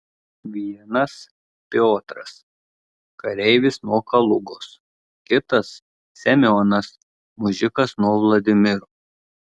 vienas piotras kareivis nuo kalugos kitas semionas mužikas nuo vladimiro